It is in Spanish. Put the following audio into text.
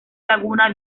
laguna